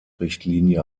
richtlinie